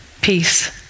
peace